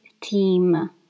team